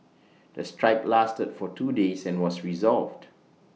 the strike lasted for two days and was resolved